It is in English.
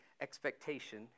expectation